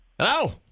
Hello